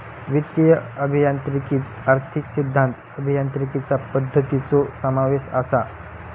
वित्तीय अभियांत्रिकीत आर्थिक सिद्धांत, अभियांत्रिकीचा पद्धतींचो समावेश असा